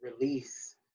release